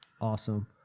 Awesome